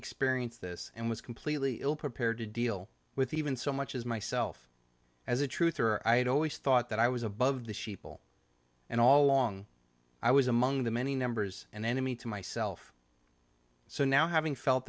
experienced this and was completely ill prepared to deal with even so much as myself as a truth or i had always thought that i was above the sheeple and all long i was among the many numbers and enemy to myself so now having felt